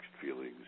feelings